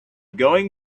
going